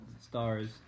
stars